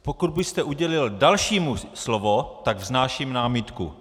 Pokud byste udělil dalšímu slovo, tak vznáším námitku.